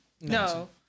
No